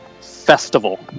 festival